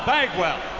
Bagwell